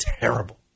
terrible